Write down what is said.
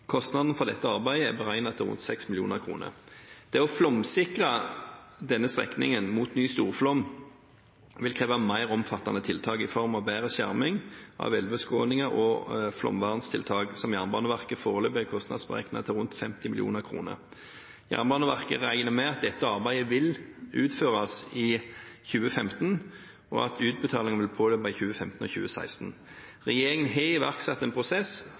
Kostnaden for dette arbeidet er beregnet til rundt 6 mill. kr. Det å flomsikre denne strekningen mot ny storflom vil kreve mer omfattende tiltak i form av bedre skjerming av elveskråninger og flomvernstiltak, som Jernbaneverket foreløpig har kostnadsberegnet til rundt 50 mill. kr. Jernbaneverket regner med at dette arbeidet vil utføres i 2015, og at utbetalinger vil påløpe i 2015 og 2016. Regjeringen har iverksatt en prosess